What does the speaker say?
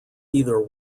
either